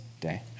day